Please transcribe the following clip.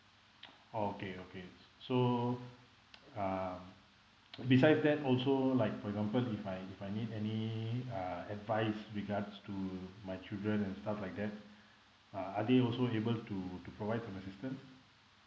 oh okay okay so um besides that also like for example if I if I need any uh advice regards to my children and stuff like that uh are they also able to to provide some assistance